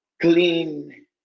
clean